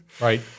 Right